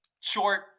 Short